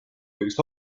kõigest